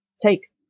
take